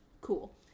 cool